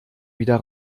wieder